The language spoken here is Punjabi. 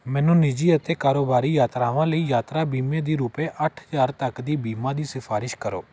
ਮੈਨੂੰ ਨਿੱਜੀ ਅਤੇ ਕਾਰੋਬਾਰੀ ਯਾਤਰਾਵਾਂ ਲਈ ਯਾਤਰਾ ਬੀਮੇ ਦੀ ਰੁਪਏ ਅੱਠ ਹਜ਼ਾਰ ਤੱਕ ਦੀ ਬੀਮਾ ਦੀ ਸਿਫ਼ਾਰਿਸ਼ ਕਰੋ